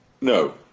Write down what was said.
no